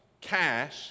cash